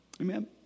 Amen